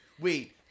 Wait